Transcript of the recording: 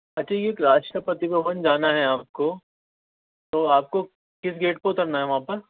اچھا یہ راشٹرپتی بھون جانا ہے آپ کو تو آپ کو کس گیٹ پہ اترنا ہے وہاں پر